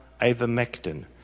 ivermectin